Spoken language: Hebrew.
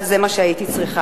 אבל זה מה שהייתי צריכה.